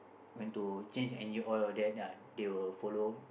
going to change engine oil that ya they will follow